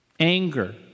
Anger